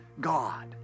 God